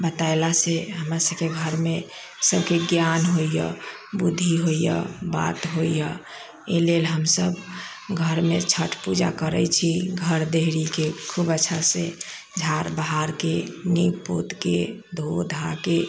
बतैलासँ हमरा सबके घरमे सबके ज्ञान होइए बुद्धि होइए बात होइए एहि लेल हमसब घरमे छठ पूजा करै छी घर देहरीके खूब अच्छासँ झारि बहारिके नीप पोतके धो धाके